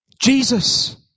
Jesus